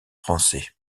français